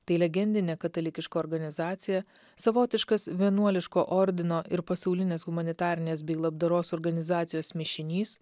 tai legendinė katalikiška organizacija savotiškas vienuoliško ordino ir pasaulinės humanitarinės bei labdaros organizacijos mišinys